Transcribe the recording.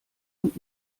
und